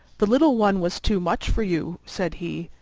the little one was too much for you, said he.